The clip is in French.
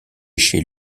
chez